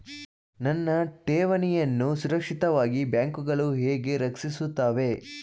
ನನ್ನ ಠೇವಣಿಯನ್ನು ಸುರಕ್ಷಿತವಾಗಿ ಬ್ಯಾಂಕುಗಳು ಹೇಗೆ ರಕ್ಷಿಸುತ್ತವೆ?